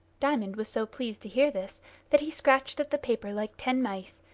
diamond was so pleased to hear this that he scratched at the paper like ten mice,